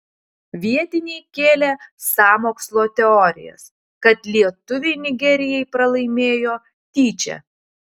vietiniai kėlė sąmokslo teorijas kad lietuviai nigerijai pralaimėjo tyčia